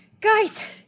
Guys